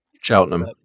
Cheltenham